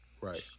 right